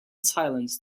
silence